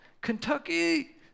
Kentucky